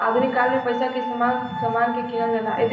आधुनिक काल में पइसा के इस्तमाल समान के किनल जाला